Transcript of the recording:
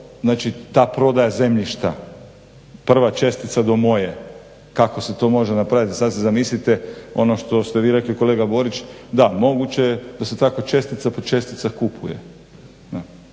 znači ta prodaja zemljišta, prva čestica do moje. Kako se to može napraviti, sad si zamislite ono što ste vi rekli kolega Borić, da moguće je da se tako čestica po čestica kupuje.